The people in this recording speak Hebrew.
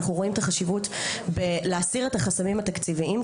אנחנו רואים את החשיבות בהסרת החסמים התקציביים,